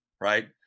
right